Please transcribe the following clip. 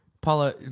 Paula